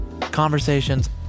conversations